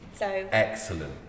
Excellent